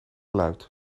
luid